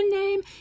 name